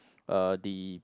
uh the